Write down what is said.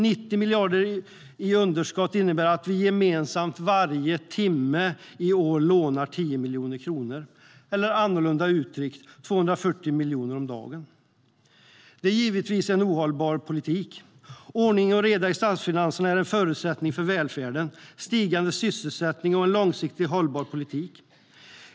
90 miljarder kronor i underskott innebär att vi gemensamt varje timme i år lånar 10 miljoner kronor eller, annorlunda uttryckt, 240 miljoner kronor om dagen. Det är givetvis en ohållbar politik. Ordning och reda i statsfinanserna är en förutsättning för välfärden, stigande sysselsättning och en långsiktigt hållbar politik.